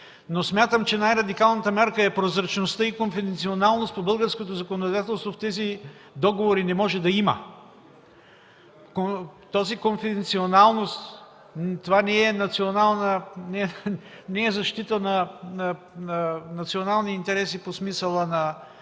Смятам, че най-радикалната мярка е прозрачността. Конфиденционалност у българското законодателство, в тези договори не може да има. Тази конфиденционалност не е защита на национални интереси по смисъла на